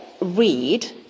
read